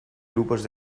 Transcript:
grupos